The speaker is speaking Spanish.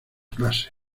clase